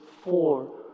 four